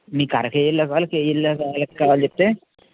మీకు అరకేజీలో కావాలా కేజీలలో కావాల కావాలో చెప్తే